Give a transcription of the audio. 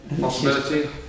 possibility